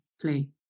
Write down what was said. play